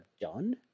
done